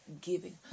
giving